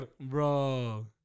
Bro